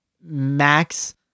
Max